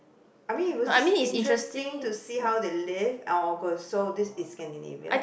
I mean it was just interesting to see how they live this is Scandinavia